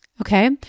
okay